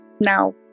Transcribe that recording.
Now